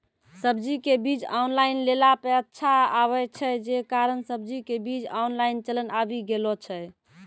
सब्जी के बीज ऑनलाइन लेला पे अच्छा आवे छै, जे कारण सब्जी के बीज ऑनलाइन चलन आवी गेलौ छै?